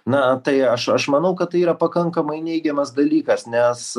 na tai aš aš manau kad tai yra pakankamai neigiamas dalykas nes